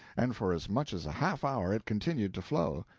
and for as much as a half hour it continued to flow,